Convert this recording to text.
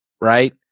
right